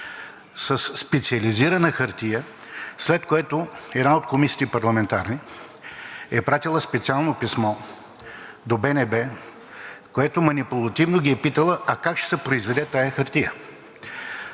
специализирана хартия, след което една от парламентарните комисии е пратила специално писмо до БНБ, с което манипулативно ги е питала: а как ще се произведе тази хартия?